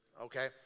okay